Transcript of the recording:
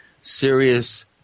Serious